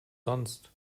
sonst